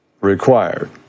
required